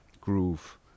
groove